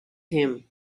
him